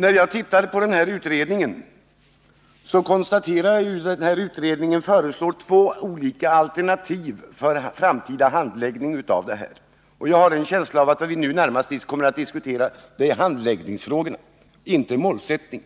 När jag läser utredningens betänkande konstaterar jag att den föreslår två olika alternativ för framtida handläggning av dessa frågor. Jag har en känsla av att vad vi nu närmast kommer att diskutera är handläggningsfrågor, inte målsättning.